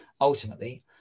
ultimately